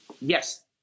Yes